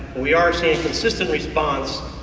we are seeing consistent response